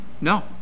No